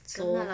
so